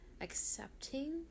accepting